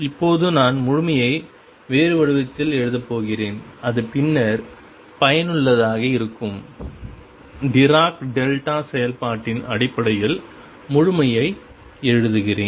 இப்போது நான் முழுமையை வேறு வடிவத்தில் எழுதப் போகிறேன் அது பின்னர் பயனுள்ளதாக இருக்கும் டைராக் டெல்டா செயல்பாட்டின் அடிப்படையில் முழுமையை எழுதுகிறேன்